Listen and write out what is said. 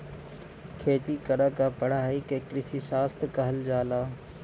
खेती करे क पढ़ाई के कृषिशास्त्र कहल जाला